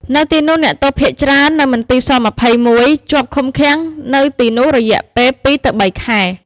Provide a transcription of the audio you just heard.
នៅទីនោះ អ្នកទោសភាគច្រើននៅមន្ទីរស-២១ ជាប់ឃុំឃាំងនៅទីនោះរយៈពេលពីរទៅបីខែ។